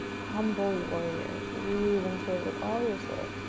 humble warrior. breathe into it with all of your soul.